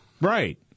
Right